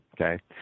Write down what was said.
okay